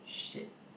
shit